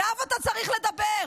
אליו אתה צריך לדבר.